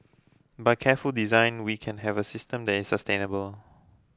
by careful design we can have a system that is sustainable